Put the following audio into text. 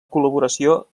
col·laboració